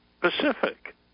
Pacific